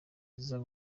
ziza